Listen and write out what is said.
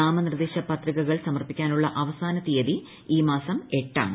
നാമനിർദ്ദേശ പത്രികകൾ സമർപ്പിക്കാനുള്ള അവസാന തീയതി ഈ മാസം എട്ട് ആണ്